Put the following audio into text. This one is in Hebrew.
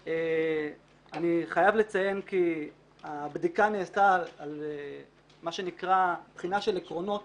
אני חייב לציין כי הבדיקה נעשתה על מה שנקרא בחינה של עקרונות